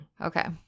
Okay